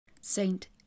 Saint